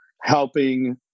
helping